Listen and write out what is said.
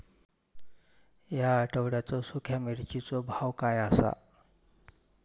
या आठवड्याचो सुख्या मिर्चीचो भाव काय आसा?